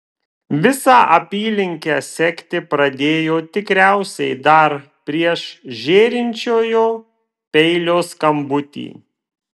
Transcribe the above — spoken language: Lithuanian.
visą apylinkę sekti pradėjo tikriausiai dar prieš žėrinčiojo peilio skambutį